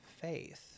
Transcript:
faith